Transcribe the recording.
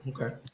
okay